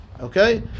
Okay